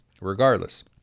Regardless